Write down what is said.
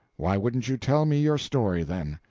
why wouldn't you tell me your story, then?